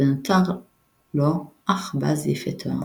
ונותר לו אך בז יפה תואר.